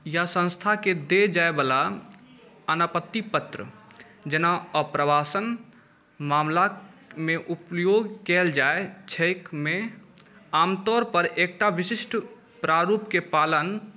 या सँस्थाकेँ दै जाएवला अनापत्ति पत्र जेना आप्रवासन मामिलामे उपयोग कएल जाए छै मे आमतौरपर एकटा विशिष्ट प्रारूपके पालन